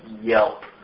yelp